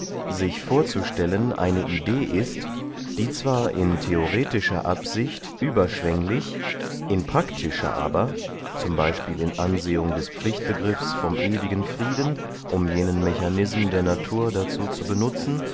sich vorzustellen eine idee ist die zwar in theoretischer absicht überschwenglich in praktischer aber z b in ansehung des pflichtbegriffs vom ewigen frieden um jenen mechanism der natur dazu zu benutzen